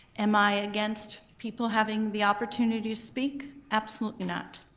am i against people having the opportunity to speak, absolutely not.